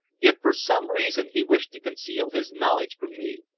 yet for some reason he wished to conceal his knowledge from me.